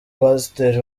pasiteri